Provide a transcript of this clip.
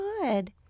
good